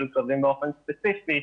כלבים באופן ספציפי,